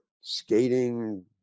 skating